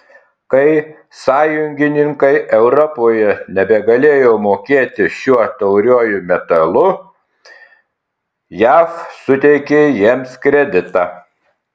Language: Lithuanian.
kai sąjungininkai europoje nebegalėjo mokėti šiuo tauriuoju metalu jav suteikė jiems kreditą